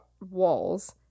walls